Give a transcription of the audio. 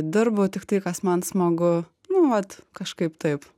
dirbu tik tai kas man smagu nu vat kažkaip taip